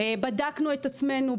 בדקנו את עצמנו.